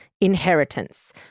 inheritance